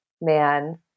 man